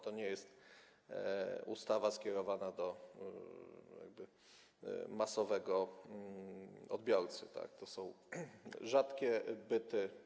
To nie jest ustawa skierowana do masowego odbiorcy, to są rzadkie byty.